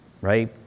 right